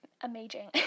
amazing